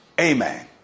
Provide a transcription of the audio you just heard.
amen